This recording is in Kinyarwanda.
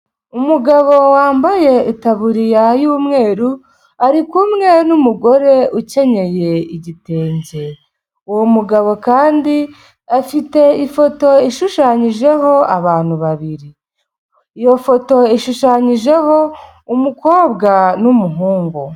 Umugabo wambaye itaburiya yu'umweru, ari kumwe n'umugore ukenyeye igitenge. Uwo mugabo kandi afite ifoto ishushanyijeho abantu babiri. Iyo foto ishushanyijeho umukobwa n'umuhungu.